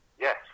Yes